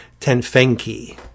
Tenfenki